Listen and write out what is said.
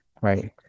right